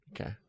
Okay